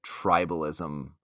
tribalism